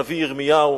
הנביא ירמיהו,